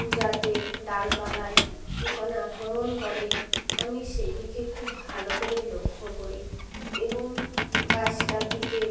যাতে ডালপালায় পোকা না আক্রমণ করে আমি সেদিকে খুব ভালো করে লক্ষ্য করি এবং গাছটার দিকে